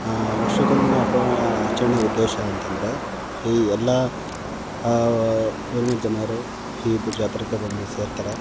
ವರ್ಷಕ್ಕೊಂದಿನ ಹಬ್ಬ ಆಚರಣೆ ಉದ್ದೇಶ ಅಂತ ಅಂದ್ರೆ ಈ ಎಲ್ಲ ಊರಿನ ಜನರು ಈ ಬ್ ಜಾತ್ರೆಗೆ ಬಂದು ಸೇರ್ತಾರೆ